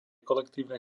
kolektívnej